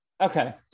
Okay